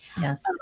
Yes